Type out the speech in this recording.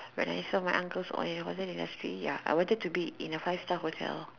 when I serve my uncles all in a hotel industry ya I wanted to work in a five star hotel